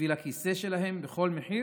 בשביל הכיסא שלהם בכל מחיר,